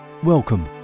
Welcome